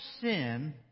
sin